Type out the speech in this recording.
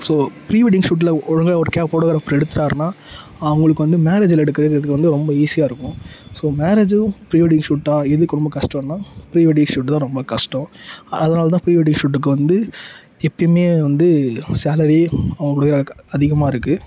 so pre wedding ஷூட்டில் ஒழுங்காக ஒரு கே ஃபோட்டோகிராப்பர் எடுத்துவிட்டாருன்னா அவங்களுக்கு வந்து மேரேஜில் எடுக்கிறதுங்றது வந்து ரொம்ப ஈஸியாக இருக்கும் ஸோ மேரேஜும் ப்ரீ வெட்டிங் ஷூட்டா எது கொ ரொம்ப கஷ்டன்னா ப்ரீ வெட்டிங் ஷூட் தான் ரொம்ப கஷ்டம் அதனால் தான் ப்ரீ வெட்டிங் ஷூட்டுக்கு வந்து எப்போயுமே வந்து சேலரி அவங்களுக்கு அதிகமாக இருக்குது